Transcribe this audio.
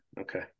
Okay